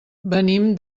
venim